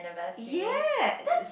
yes